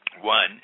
one